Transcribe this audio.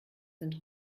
sind